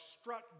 struck